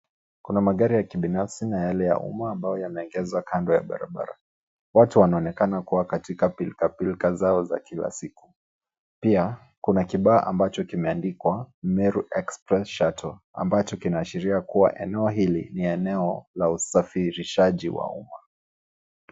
Kuna magari ya kibinafsi na yale ya umma ambayo yameegezwa kando ya barabara. Watu wanaonekana kuwa katika pilka pilka zao za kila siku. Pia kuna kibao ambacho kimeandikwa Meru Express Shuttle ambacho kinaashiria kuwa eneo hili ni eneo la usafirishaji wa umma.